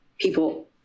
People